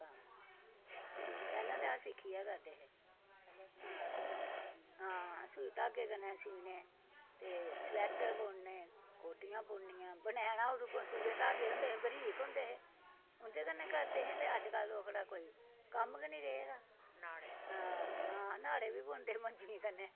पैह्लें ते अस सिक्खियै करदे हे आं आं सूई धागे कन्नै सीह्ने ते स्वेटर बूनने कोटियां बुननियां ते ओह् दूऐ धागे होंदे हे ओह बारीक होंदे हे उंदे कन्नै करदे हे ते अजकल्ल ओह्कड़ा कोई कम्म गै निं रेह् दा आंन्हाड़े बी पौंदे हे मंजी कन्नै